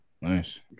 Nice